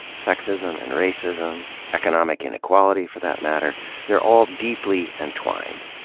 sexism and racism economic inequality for that matter they're all deeply entwined,